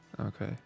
Okay